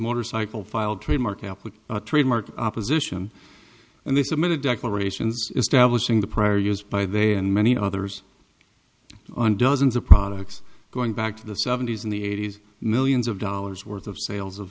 motorcycle filed trademark appliqued trademark opposition and they submitted declarations establishing the prior use by they and many others on dozens of products going back to the seventy's in the eighty's millions of dollars worth of sales